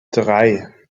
drei